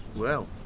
well,